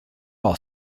all